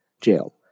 Jail